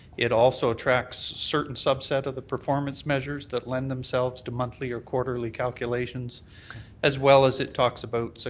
it also attracts certain subset of the performance measures that lend themselves to monthly or quarterly calculations as well as it talks about so